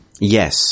Yes